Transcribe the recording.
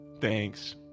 Thanks